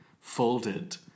folded